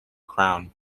crown